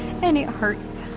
and it hurts,